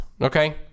okay